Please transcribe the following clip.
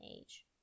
age